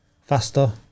faster